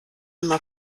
immer